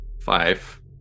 five